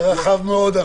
זה רחב מאוד.